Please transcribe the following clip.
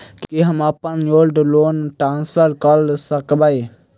की हम अप्पन gold loan transfer करऽ सकबै?